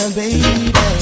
baby